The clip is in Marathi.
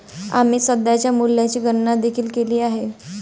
आम्ही सध्याच्या मूल्याची गणना देखील केली आहे